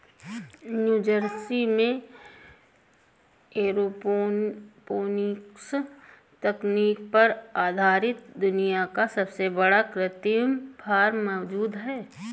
New Jersey में aeroponics तकनीक पर आधारित दुनिया का सबसे बड़ा कृत्रिम फार्म मौजूद है